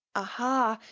aha!